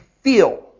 feel